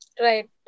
right